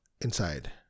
inside